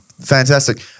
Fantastic